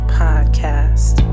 podcast